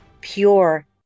pure